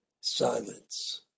silence